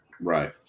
Right